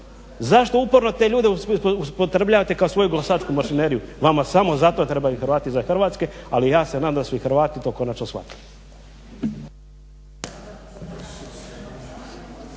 Zašto uporno te ljude upotrebljavate kao svoju glasačku mašineriju? Vama samo zato trebaju Hrvati izvan Hrvatske ali ja se nadam da su i Hrvati to konačno shvatili.